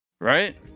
Right